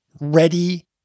ready